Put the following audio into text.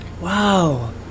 wow